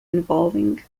involving